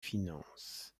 finances